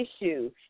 issue